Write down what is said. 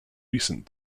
recent